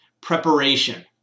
Preparation